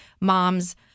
moms